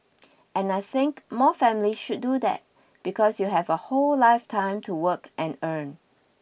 and I think more families should do that because you have a whole lifetime to work and earn